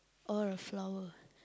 or a flower